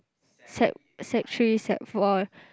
sec sec three sec four